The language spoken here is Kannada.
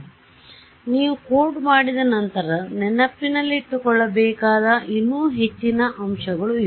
ಆದ್ದರಿಂದ ನೀವು ಕೋಡ್ ಮಾಡಿದ ನಂತರ ನೆನಪಿನಲ್ಲಿಟ್ಟುಕೊಳ್ಳಬೇಕಾದ ಇನ್ನೂ ಹೆಚ್ಚಿನ ಅಂಶಗಳು ಇವು